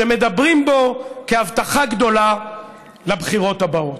שמדברים בו כהבטחה גדולה לבחירות הבאות.